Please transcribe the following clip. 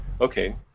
okay